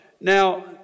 Now